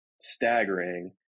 staggering